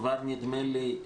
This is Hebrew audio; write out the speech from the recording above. נדמה לי,